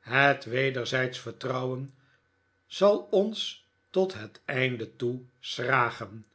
het wederzijdsch vertrouwen zal ons tot het einde toe schragen